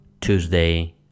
Tuesday